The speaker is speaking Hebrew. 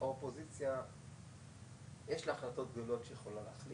אוכל להרחיב